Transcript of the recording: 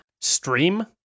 stream